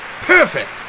perfect